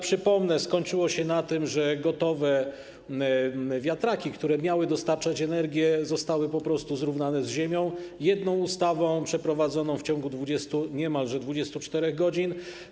Przypomnę, skończyło się na tym, że gotowe wiatraki, które miały dostarczać energię, zostały po prostu zrównane z ziemią jedną ustawą przeprowadzoną w ciągu niemalże 24 godzin.